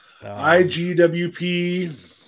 IGWP